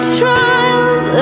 trials